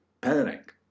panic